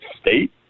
state